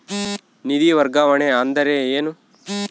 ನಿಧಿ ವರ್ಗಾವಣೆ ಅಂದರೆ ಏನು?